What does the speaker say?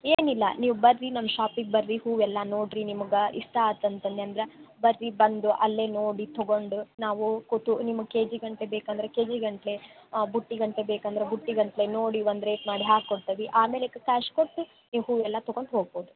ಏನಿಲ್ಲ ನೀವು ಬನ್ರಿ ನಮ್ಮ ಶಾಪಿಗೆ ಬನ್ರಿ ಹೂವೆಲ್ಲಾ ನೋಡಿರಿ ನಿಮ್ಗೆ ಇಷ್ಟ ಆತಂತಂದ್ರೆ ಬನ್ರಿ ಬಂದು ಅಲ್ಲೇ ನೋಡಿ ತೊಗೊಂಡು ನಾವು ಕೊಟ್ಟು ನಿಮ್ಗೆ ಕೆ ಜಿ ಗಟ್ಲೆ ಬೇಕಂದರೆ ಕೆ ಜಿ ಗಟ್ಲೆ ಬುಟ್ಟಿ ಗಟ್ಲೆ ಬೇಕಂರೆ ಬುಟ್ಟಿ ಗಟ್ಲೆ ನೋಡಿ ಒಂದು ರೇಟ್ ನೋಡಿ ಹಾಕ್ಕೊಡ್ತಿವಿ ಆಮೇಲಕ್ಕೆ ಕ್ಯಾಶ್ ಕೊಟ್ಟು ನೀವು ಹೂವೆಲ್ಲಾ ತಗೊಂಡು ಹೋಗ್ಬೋದು